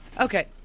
Okay